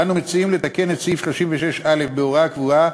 אנו מציעים לתקן את סעיף 36א בהוראה קבועה,